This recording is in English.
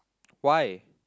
why